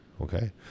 Okay